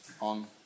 on